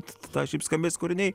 taip skambės kūriniai